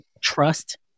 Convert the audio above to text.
trust